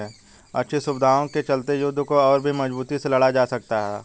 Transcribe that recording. अच्छी सुविधाओं के चलते युद्ध को और भी मजबूती से लड़ा जा सकता था